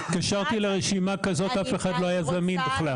התקשרתי לרשימה כזו אף אחד לא היה זמין בכלל.